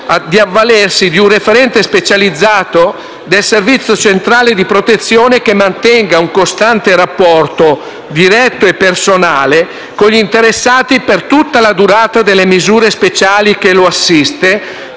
di avvalersi di un referente specializzato del Servizio centrale di protezione che mantenga un rapporto costante, diretto e personale con gli interessati per tutta la durata delle misure speciali. 2. Il